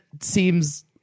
seems